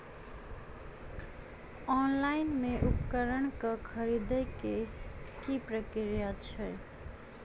Online मे उपकरण केँ खरीदय केँ की प्रक्रिया छै?